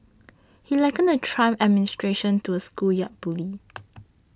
he likened the Trump administration to a schoolyard bully